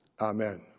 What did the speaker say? Amen